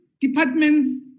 departments